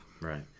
Right